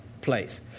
place